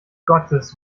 gottes